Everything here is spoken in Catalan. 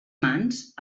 mans